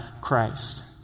Christ